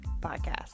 podcast